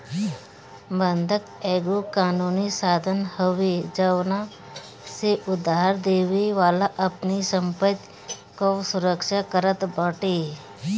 बंधक एगो कानूनी साधन हवे जवना से उधारदेवे वाला अपनी संपत्ति कअ सुरक्षा करत बाटे